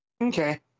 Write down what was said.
Okay